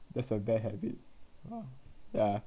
that's a bad habit ya